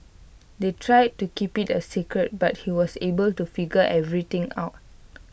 they tried to keep IT A secret but he was able to figure everything out